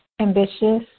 ambitious